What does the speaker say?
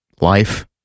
life